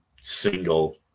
single